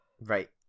Right